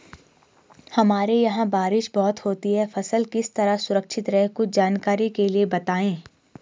हमारे यहाँ बारिश बहुत होती है फसल किस तरह सुरक्षित रहे कुछ जानकारी के लिए बताएँ?